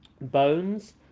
bones